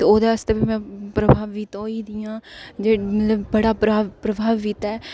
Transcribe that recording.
ओह्दे आस्तै में प्रभावित होई दी आं मतलब बड़ा प्रभावित ऐ